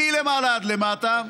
מלמעלה עד למטה,